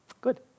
good